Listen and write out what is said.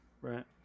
Right